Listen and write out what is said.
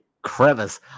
Crevice